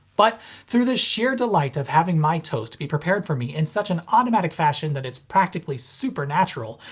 but through the sheer delight of having my toast be prepared for me in such an automatic fashion that it's practically supernatural,